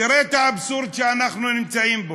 תראו את האבסורד שאנחנו נמצאים בו,